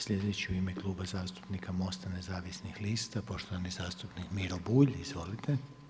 Sljedeći u ime Kluba zastupnika Mosta nezavisnih lista, poštovani zastupnik Miro Bulj, izvolite.